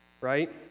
right